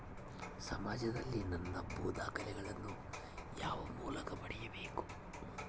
ಸಮಾಜದಲ್ಲಿ ನನ್ನ ಭೂ ದಾಖಲೆಗಳನ್ನು ಯಾವ ಮೂಲಕ ಪಡೆಯಬೇಕು?